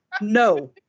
No